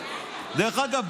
דרך אגב,